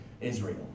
Israel